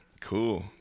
Cool